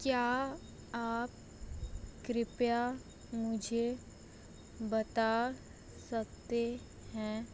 क्या आप कृपया मुझे बता सकते हैं